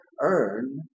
earn